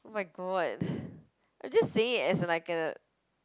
oh-my-god I'm just saying it as a like a